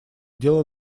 дело